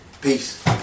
peace